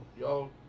yo